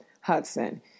Hudson